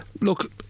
look